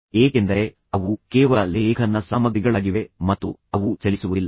ಏಕೆಂದರೆ ಅವು ಕೇವಲ ತಟಸ್ಥವಾಗಿವೆ ಮತ್ತು ಅವು ನಿಜವಾಗಿ ಚಲಿಸುವುದಿಲ್ಲ